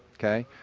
kay?